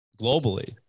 globally